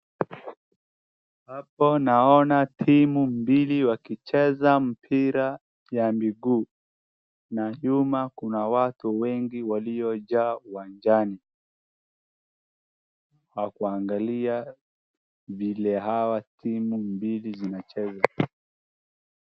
Hapo naoana timu mbili wakicheza mpira ya miguu na nyuma kuna watu wengi waliojaa uwanjani na kuangalia vile hawa timu mbili zinacheza.